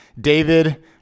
David